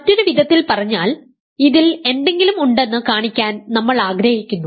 മറ്റൊരു വിധത്തിൽ പറഞ്ഞാൽ ഇതിൽ എന്തെങ്കിലും ഉണ്ടെന്ന് കാണിക്കാൻ നമ്മൾ ആഗ്രഹിക്കുന്നു